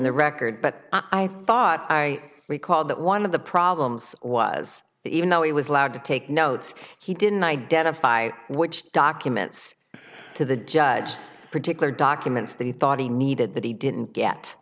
the record but i thought i recall that one of the problems was even though he was allowed to take notes he didn't identify which documents to the judge particular documents that he thought he needed that he didn't get